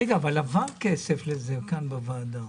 רגע, אבל עבר כסף לזה כאן בוועדה.